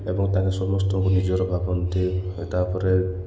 ଏବଂ ତାଙ୍କେ ସମସ୍ତଙ୍କୁ ନିଜର ଭାବନ୍ତି ତା'ପରେ